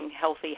healthy